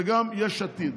וגם יש עתיד.